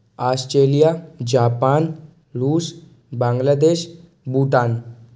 Australia Japan रूस बांग्लादेश भूटान